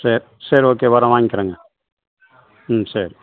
சரி சரி ஓகே வரோம் வாங்கிக்கிறேங்க ம் சரி